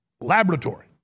Laboratory